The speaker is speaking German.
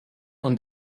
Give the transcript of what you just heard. und